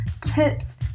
tips